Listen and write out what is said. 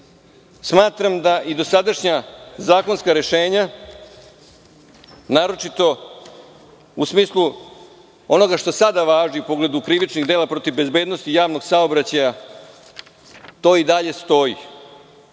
smatram da i dosadašnja zakonska rešenja, naročito u smislu onoga što sada važi u pogledu krivičnih dela protiv bezbednosti javnog saobraćaja, to i dalje stoji.